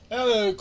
Hello